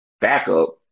backup